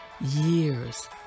years